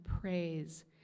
Praise